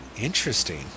interesting